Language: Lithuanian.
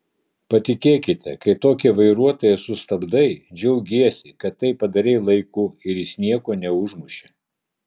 patikėkite kai tokį vairuotoją sustabdai džiaugiesi kad tai padarei laiku ir jis nieko neužmušė